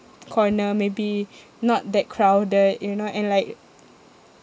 corner maybe not that crowded you know and like